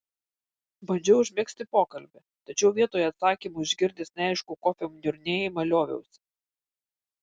bandžiau užmegzti pokalbį tačiau vietoje atsakymų išgirdęs neaiškų kofio niurnėjimą lioviausi